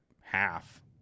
half